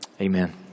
Amen